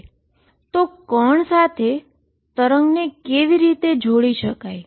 particle સાથે વેવને કેવી રીતે જોડી શકાય